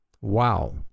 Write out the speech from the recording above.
Wow